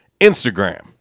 Instagram